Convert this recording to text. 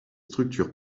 structure